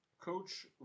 Coach